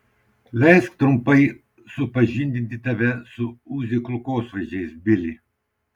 leisk trumpai supažindinti tave su uzi kulkosvaidžiais bili